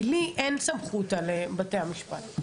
לי אין סמכות על בתי המשפט,